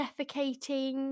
defecating